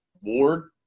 Ward